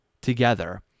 together